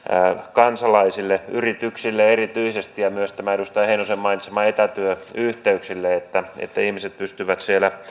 kansalaisille yrityksille erityisesti ja myös näiden edustaja heinosen mainitsemien etätyöyhteyksien vuoksi että ihmiset pystyvät